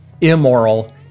immoral